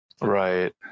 Right